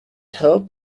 help